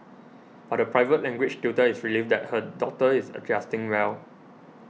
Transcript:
but the private language tutor is relieved that her daughter is adjusting well